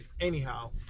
anyhow